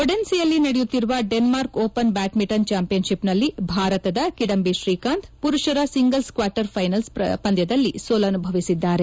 ಒಡೆನ್ಸೆಯಲ್ಲಿ ನಡೆಯುತ್ತಿರುವ Denmark open badminton ಚಾಂಪಿಯನ್ಶಿಪ್ನಲ್ಲಿ ಭಾರತದ ಕಿಡಂಬಿ ಶ್ರೀಕಾಂತ್ ಪುರುಷರ ಸಿಂಗಲ್ಸ್ ಕ್ವಾರ್ಟರ್ ಫೈನಲ್ಸ್ ಪಂದ್ಯದಲ್ಲಿ ಸೋಲುನುಭವಿಸಿದ್ದಾರೆ